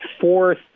fourth